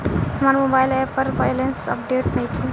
हमार mobile app पर balance update नइखे